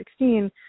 2016